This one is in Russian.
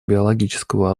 биологического